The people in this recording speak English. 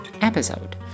episode